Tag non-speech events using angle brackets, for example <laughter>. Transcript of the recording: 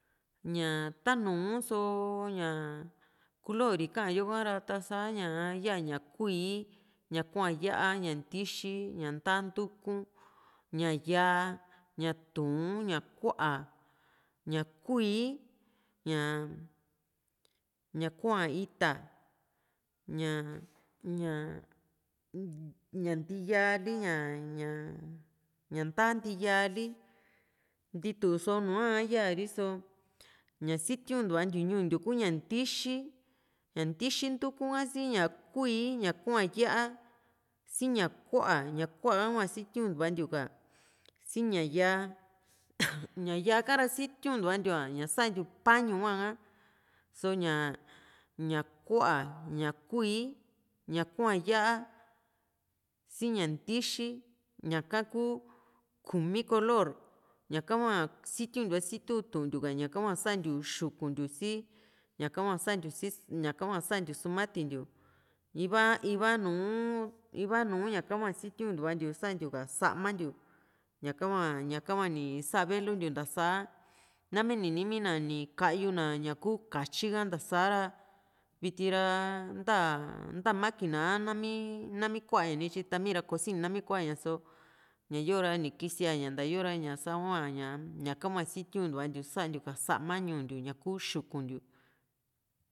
ñaa tanu so ña kulori ka´an yo kara ta sa ñaa yaa ña kuíí ña kua´n ya´a ña ndi´xi ña ndaa ndukuku´n ña yaa ña tuun ña ku´a ña kuíí ña ña kua´n ita ña ña ndi´yali ña ña ña <hesitation> ndaa ndi´yali ntituso nua´a yaa riso ña sitiuntuantiu ñuu ntiu kuu ña ndi´xi ña ndi´xi nduku´n ha si ña kuíí ña kua´n ya´a siña kuá ña ku´a hua sitiuntuva ntiuka siña yaa ña yaa kara sitiuntuantiu ña santiu pañu hua´ha só ñaa ña ku´a ña kuíí ña kua´n ya´a siña ndi´xi ñaka kuu kumi kolor ñaka hua sitiuntua sitiutuntiu ka´ña ña´ka hua santiu ka xuku´n ntiu si ñaka hua santiu si ñaka hua santiu sumatintiu iva iva nùù iva nu{aka bua sitiuntuantiu santiu samantiuñaka hua ñaka hua ni sa veluntiu ntasa nami ninimi na ña ni ka´yu na ñakuu katyi ka ta saa´ra viti ra nta nta maquina a nami nami kuaña nityi ta miira kosini nami kuaña so ñayo ra ni kisia ña nta yo ra ña sahua ña ñaka hua sitiuntuntiu ka santiu sama ñuu ntiu ña kuu xuku´ntiu